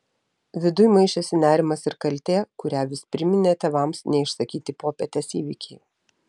viduj maišėsi nerimas ir kaltė kurią vis priminė tėvams neišsakyti popietės įvykiai